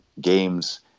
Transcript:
games